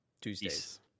Tuesdays